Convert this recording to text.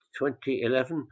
2011